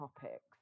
topics